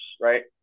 right